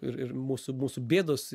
ir ir mūsų mūsų bėdos